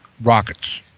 rockets